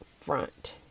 front